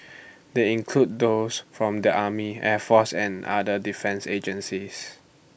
they include those from the army air force and other defence agencies